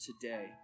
today